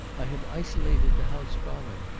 i had isolated the house from him,